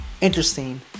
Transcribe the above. Interesting